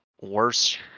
worse